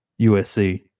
USC